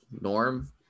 norm